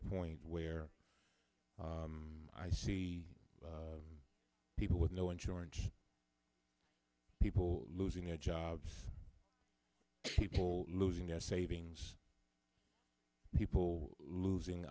point where i see people with no insurance people losing their jobs people losing their savings people losing